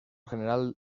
general